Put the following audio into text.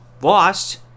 lost